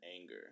anger